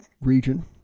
region